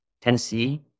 Tennessee